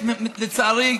לצערי,